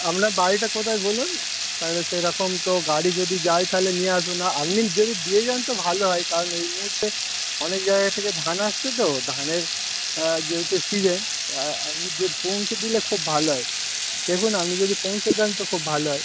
আপনার বাড়িটা কোথায় বলুন তাহলে সেরকম তো গাড়ি যদি যায় তাহলে নিয়ে আসবে না আপনি যদি দিয়ে যান তো ভালো হয় কারণ এই মুহুর্তে অনেক জায়গা থেকে ধান আসছে তো ধানের যেহেতু সিজন আপনি যদি পৌঁছে দিলে খুব ভালো হয় দেখুন আপনি যদি পৌঁছে দেন তো খুব ভালো হয়